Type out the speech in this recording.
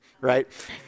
Right